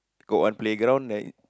got one playground then